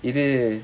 இது:ithu